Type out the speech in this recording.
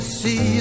see